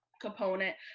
component